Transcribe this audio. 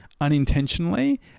unintentionally